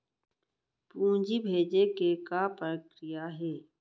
पूंजी भेजे के का प्रक्रिया हे?